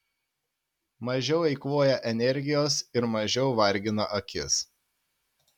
mažiau eikvoja energijos ir mažiau vargina akis